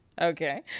okay